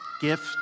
Gift